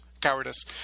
Cowardice